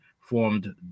formed